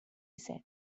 said